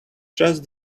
just